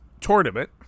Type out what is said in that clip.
tournament